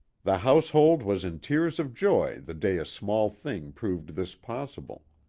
the household was in tears of joy the day a small thing proved this possible.